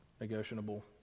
negotiable